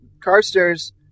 Carstairs